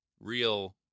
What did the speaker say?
real